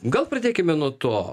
gal pradėkime nuo to